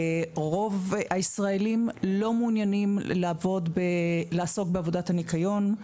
רוב הישראלים לא מעוניינים לעסוק בעבודת הניקיון,